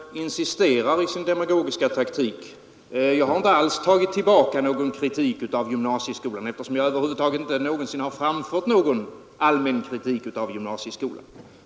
Herr talman! Herr Wiklund i Härnösand insisterar i sin pedagogiska taktik. Jag har inte alls tagit tillbaka min kritik av gymnasieskolan, eftersom jag över huvud taget inte har framfört någon allmän kritik av gymnasieskolan.